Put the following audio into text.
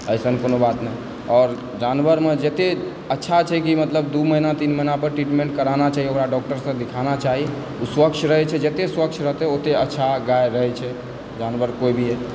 एसन कोनो बात नहि आओर जानवरमे जतए अच्छा छै कि मतलब दू महीना तीन महीना पर ट्रीटमेण्ट कराना चाही ओकरा डॉक्टरसँ दिखाना चाही ओ स्वच्छ रहैत छै जतय स्वच्छ रहतय ओतय अच्छा गै रहय छै जानवर कोई भी